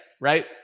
right